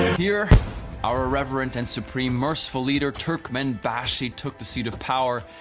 here our irreverent and supreme merciful leader turkmenbashi took the seat of power,